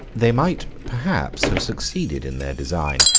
they might, perhaps, have succeeded in their design,